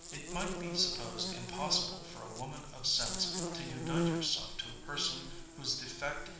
it might be supposed impossible for a woman of sense to unite herself to a person whose defect,